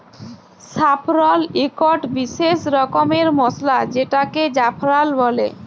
saffron ইকট বিসেস রকমের মসলা যেটাকে জাফরাল বল্যে